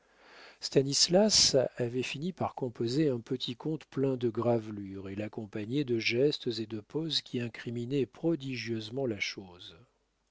stanislas avait fini par composer un petit conte plein de gravelures et l'accompagnait de gestes et de poses qui incriminaient prodigieusement la chose